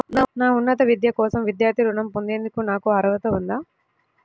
నా ఉన్నత విద్య కోసం విద్యార్థి రుణం పొందేందుకు నాకు అర్హత ఉందా?